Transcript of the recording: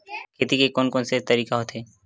खेती के कोन कोन से तरीका होथे?